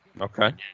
Okay